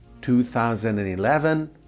2011